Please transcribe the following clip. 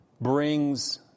Brings